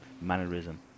mannerism